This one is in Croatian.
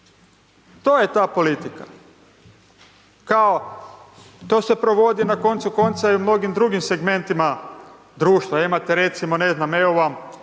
To je ta politika. Kao to se provodi na koncu konca i u mnogim drugim segmentima društva, imate recimo ne znam evo vam